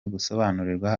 gusobanurirwa